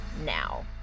now